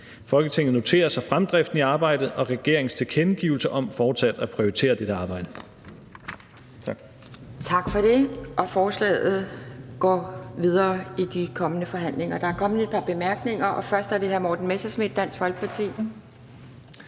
Folketinget noterer sig fremdriften i arbejdet og regeringens tilkendegivelse om fortsat at prioritere dette arbejde.«